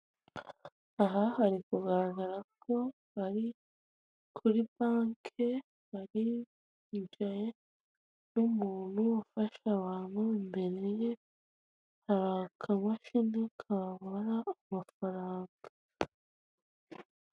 Aha hiri kugaragara ko ari kuri banke hari imbere y'umuntu ufasha abantu, imbere ye hari akamashini kabara amafaranga.